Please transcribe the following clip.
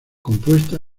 compuesta